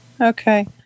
Okay